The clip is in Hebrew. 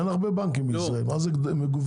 אין הרבה בנקים בישראל, מה זה "מגוונים"?